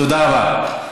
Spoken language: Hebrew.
תודה רבה.